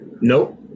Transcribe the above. nope